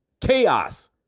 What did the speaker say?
Chaos